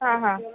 हां हां